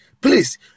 Please